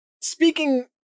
speaking